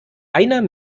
einer